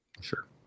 Sure